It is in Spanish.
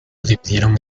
dividieron